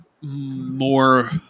more